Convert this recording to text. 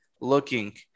looking